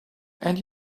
and